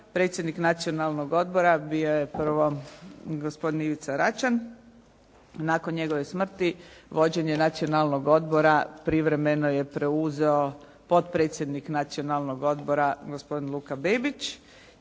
predsjednik Nacionalnog odbora bio je prvo gospodin Ivica Račan. Nakon njegove smrti vođenje Nacionalnog odbora privremeno je preuzeo potpredsjednik Nacionalnog odbora gospodin Luka Bebić.